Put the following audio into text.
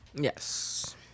Yes